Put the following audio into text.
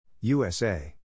USA